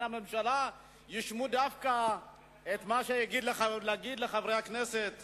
הממשלה וישמעו דווקא את מה שיש לחברי הכנסת